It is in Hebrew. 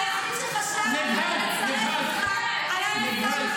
היחיד שחשב לצרף אותך היה נפתלי בנט,